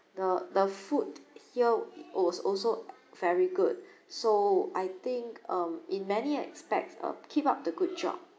the the food here it w~ was also very good so I think um in many aspects uh keep up the good job